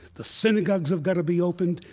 the synagogues have got to be opened.